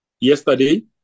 yesterday